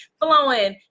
flowing